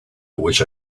wish